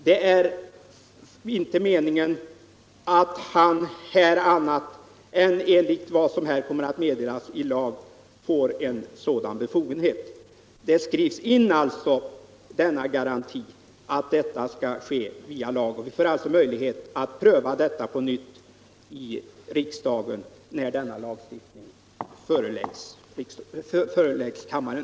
Det är inte meningen att han skall få annan befogenhet än vad som kommer att meddelas i lag. Det skrivs alltså in en garanti att detta skall ske via lag, och vi får möjlighet att pröva saken på nytt i riksdagen när denna lagstiftning föreläggs kammaren.